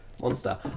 Monster